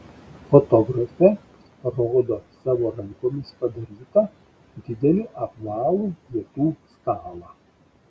fotografė rodo savo rankomis padarytą didelį apvalų pietų stalą